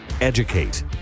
educate